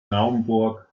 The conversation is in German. naumburg